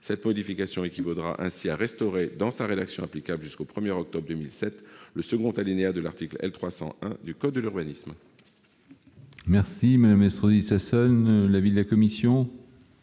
Cette modification équivaudra ainsi à restaurer, dans sa rédaction applicable jusqu'au 1 octobre 2007, le second alinéa de l'article L. 300-1 du code de l'urbanisme.